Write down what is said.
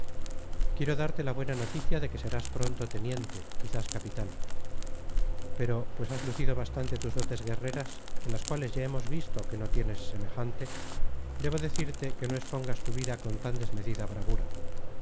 quiero darte la buena noticia de que serás pronto teniente quizás capitán pero pues has lucido bastante tus dotes guerreras en las cuales ya hemos visto que no tienes semejante debo decirte que no expongas tu vida con tan desmedida bravura